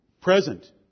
Present